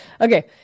Okay